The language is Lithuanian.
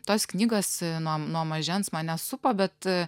tos knygos nuo nuo mažens mane supo bet